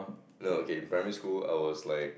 no okay in primary school I was like